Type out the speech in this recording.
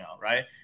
right